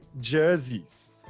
jerseys